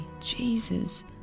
Jesus